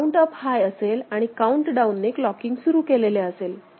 count up हाय असेल आणि काउन्ट डाउन ने क्लॉकिंग सुरू केलेले असेल